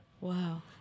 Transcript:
Wow